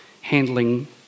handling